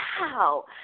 wow